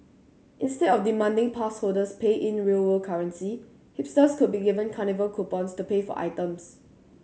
instead of demanding pass holders pay in real world currency hipsters could be given carnival coupons to pay for items